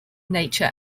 nature